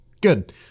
good